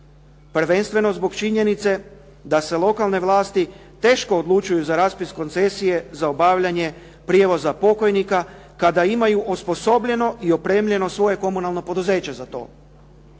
prvenstveno zbog činjenice da se lokalne vlasti teško odlučuju za raspis koncesije za obavljanje prijevoza pokojnika kada imaju osposobljeno i opremljeno svoje komunalno poduzeće za to